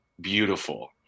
Beautiful